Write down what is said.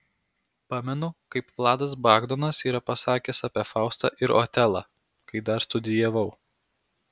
pamenu kaip vladas bagdonas yra pasakęs apie faustą ir otelą kai dar studijavau